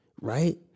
right